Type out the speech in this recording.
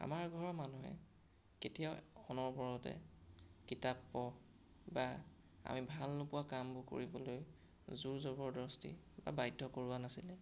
আমাৰ ঘৰৰ মানুহে কেতিয়াও অনবৰতে কিতাপ পঢ় বা আমি ভাল নোপোৱা কামবোৰ কৰিবলৈ জোৰ জবৰদস্তি বা বাধ্য কৰোৱা নাছিলে